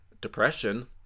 depression